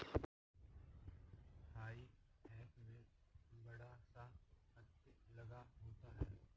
हेई फोक में बड़ा सा हत्था लगा होता है